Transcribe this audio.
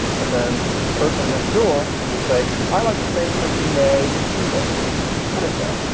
but then the person next door would say, i like the same perfume as she does what is that?